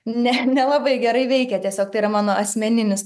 ne nelabai gerai veikia tiesiog tai yra mano asmeninis